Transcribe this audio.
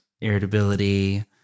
irritability